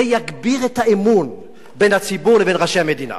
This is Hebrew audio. זה יגביר את האמון בין הציבור לבין ראשי המדינה.